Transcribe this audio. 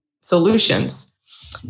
solutions